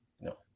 No